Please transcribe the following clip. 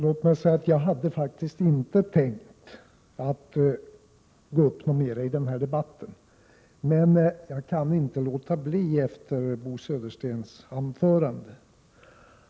Herr talman! Jag hade faktiskt inte tänkt gå upp mera i denna debatt, men jag kan inte låta bli att göra det efter Bo Söderstens anförande.